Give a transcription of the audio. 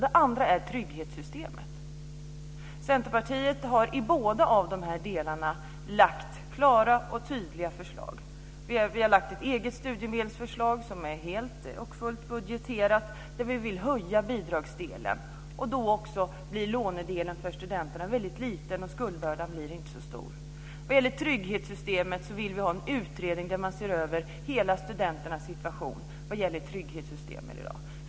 Det andra är trygghetssystemet. Centerpartiet i båda av de här delarna lagt fram klara och tydliga förslag. Vi har lagt fram ett eget studiemedelsförslag som är helt och fullt budgeterat och där vi vill höja bidragsdelen. Då blir lånedelen för studenterna väldigt liten, och skuldbördan blir inte så stor. Vad gäller trygghetssystemet vill vi ha en utredning där man ser över studenternas hela situation vad gäller trygghetssystemen i dag.